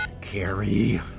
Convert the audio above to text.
Carrie